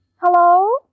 Hello